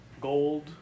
gold